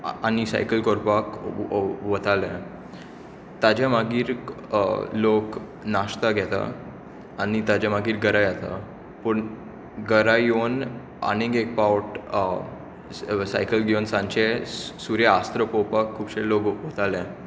cycle करपाक वताले ताचे मागीर लोक नाश्ता घेता आनी ताचे मागीर घरा येता पूण घर येवन आनी एक पावट सायकल घेवन सांजचे सुर्यास्त पळोवपाक खुबशे लोक वताले